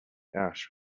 ash